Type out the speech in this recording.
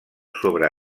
sobre